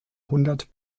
hundert